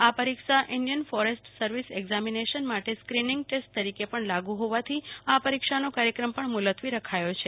આ પરીક્ષા Indian forest service examination માટે સ્કીનીંગ ટેસ્ટ તરીકે પણ લાગુ હોવાથી આ પરીક્ષાનો કાર્યક્રમ પણ મુલતવી શ્લ્યો છે